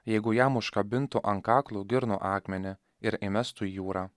jeigu jam užkabintų ant kaklo girnų akmenį ir įmestų į jūrą